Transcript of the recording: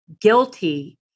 guilty